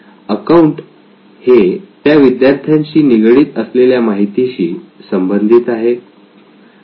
account हे त्या विद्यार्थ्यांशी निगडीत असलेल्या माहितीशी संबंधित आहे